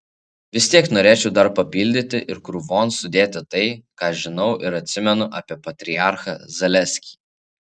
vis tiek norėčiau dar papildyti ir krūvon sudėti tai ką žinau ir atsimenu apie patriarchą zaleskį